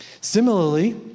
Similarly